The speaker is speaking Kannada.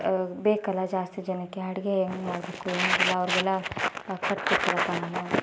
ಬೇಕಲ್ಲ ಜಾಸ್ತಿ ಜನಕ್ಕೆ ಅಡುಗೆ ಹೆಂಗ್ ಮಾಡಬೇಕು ಹೆಂಗಿಲ್ಲ ಅವ್ರಿಗೆಲ್ಲ